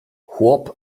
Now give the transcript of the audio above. chłop